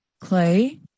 clay